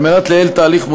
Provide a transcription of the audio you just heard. על מנת לייעל את ההליך,